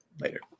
Later